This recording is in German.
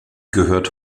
gehört